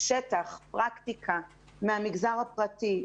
שטח ופרקטיקה מהמגזר הפרטי,